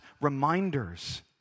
reminders